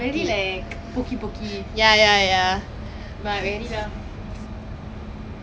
okay I've never look forward to deepavali because I damn I don't want to wear all the traditional stuff lah